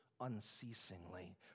unceasingly